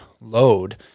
load